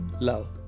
love